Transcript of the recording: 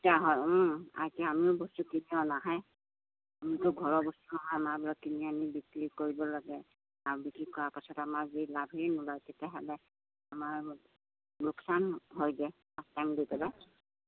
এতিয়া অহা এতিয়া আমিও বস্তুকেইটা অনা হে আমাৰটো ঘৰৰ বস্তু নহয় আমাৰ কিনি আনি বিক্ৰী কৰিব লাগে আৰু বিক্ৰী কৰাৰ পাছত আমাৰ যদি লাভেই নোলাই তেতিয়াহ'লে আমাৰ লোকচান হয়গৈ দোকান দি পেলাই